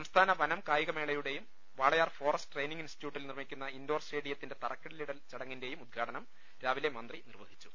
സംസ്ഥാന വനം കായികമേളയുടെയും വാളയാർ ഫോറസ്റ്റ് ട്രെയിനിങ് ഇൻസ്റ്റിറ്റ്യൂട്ടിൽ നിർമിക്കുന്ന ഇൻഡോർ സ്റ്റേഡിയത്തിന്റെ തറക്കല്ലിടൽ ചടങ്ങിന്റെയും ഉദ്ഘാടനം രാവിലെ മന്ത്രി നിർവഹിച്ചു